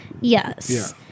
Yes